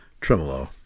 tremolo